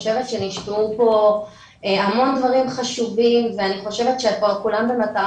שנשמעו פה המון דברים חשובים ואני חושבת שפה כולם במטרה